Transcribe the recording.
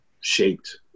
shaped